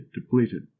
depleted